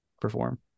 perform